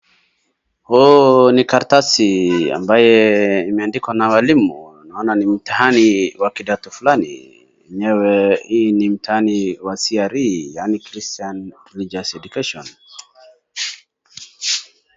Huu ni karatasi , ambaye imeandikw a na walimu naona ni mtihani wa kidato fulani ,enyewe hii ni mtihani wa CRE yaani Christian Religious Education .